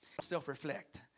Self-reflect